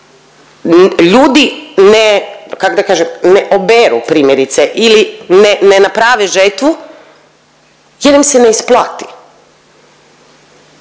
ljudi ne, kak' da kažem, ne oberu primjerice ili ne naprave žetvu jer im se ne isplati.